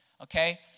Okay